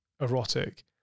erotic